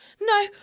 no